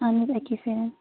اَہَن حظ اکی پھِرِ